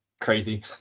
crazy